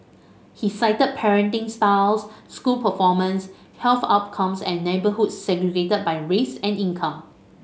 he cited parenting styles school performance health outcomes and neighbourhoods segregated by race and income